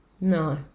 No